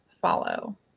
follow